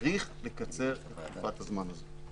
צריך לקצר את תקופת הזמן הזאת.